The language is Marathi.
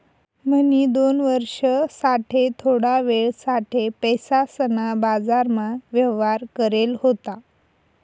म्हणी दोन वर्ष साठे थोडा वेळ साठे पैसासना बाजारमा व्यवहार करेल होता